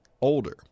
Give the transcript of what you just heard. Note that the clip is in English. older